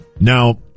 Now